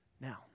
Now